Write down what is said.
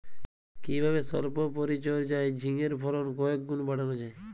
কিভাবে সল্প পরিচর্যায় ঝিঙ্গের ফলন কয়েক গুণ বাড়ানো যায়?